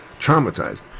traumatized